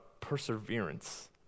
perseverance